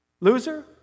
Loser